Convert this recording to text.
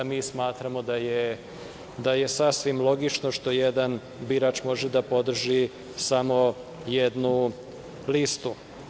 Mi smatramo da je sasvim logično što jedan birač može da podrži samo jednu listu.